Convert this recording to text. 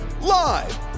live